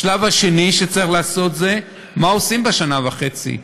השלב השני שצריך לעשות זה מה עושים בשנה וחצי.